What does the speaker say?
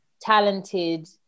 talented